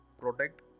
Protect